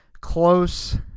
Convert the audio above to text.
close